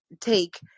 take